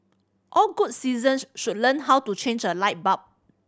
all good citizens should learn how to change a light bulb